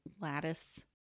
lattice